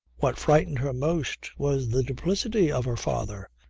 what frightened her most was the duplicity of her father,